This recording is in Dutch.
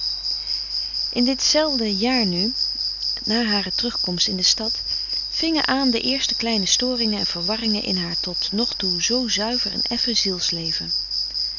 in ditzelfde jaar nu na hare terugkomst in de stad vingen aan de eerste kleine storingen en verwarringen in haar tot nog toe zoo zuiver en effen